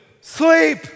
Sleep